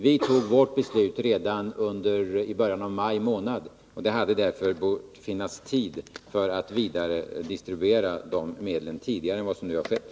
Vi fattade vårt beslut redan i början av maj månad, och det hade därför bort finnas tid för att vidaredistribuera medlen tidigare än vad som nu har skett.